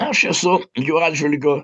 aš esu jų atžvilgiu